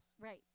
Right